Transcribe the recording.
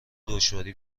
دشواری